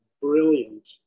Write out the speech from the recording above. brilliant